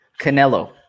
Canelo